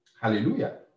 Hallelujah